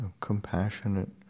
Compassionate